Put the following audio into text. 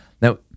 Now